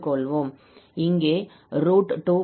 இங்கே 2 உள்ளது